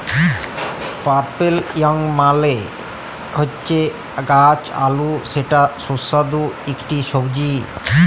purple yam মালে হচ্যে গাছ আলু যেটা সুস্বাদু ইকটি সবজি